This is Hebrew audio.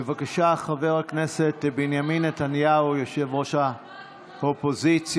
בבקשה, חבר הכנסת בנימין נתניהו, ראש האופוזיציה.